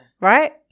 right